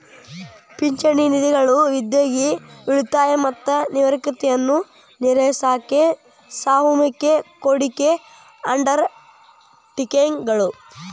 ಪಿಂಚಣಿ ನಿಧಿಗಳು ಉದ್ಯೋಗಿ ಉಳಿತಾಯ ಮತ್ತ ನಿವೃತ್ತಿಯನ್ನ ನಿರ್ವಹಿಸಾಕ ಸಾಮೂಹಿಕ ಹೂಡಿಕೆ ಅಂಡರ್ ಟೇಕಿಂಗ್ ಗಳು